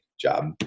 job